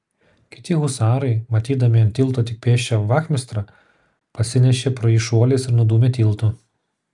kiti husarai matydami ant tilto tik pėsčią vachmistrą pasinešė pro jį šuoliais ir nudūmė tiltu